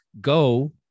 go